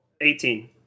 Eighteen